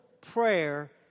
prayer